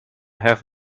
have